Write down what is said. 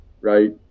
right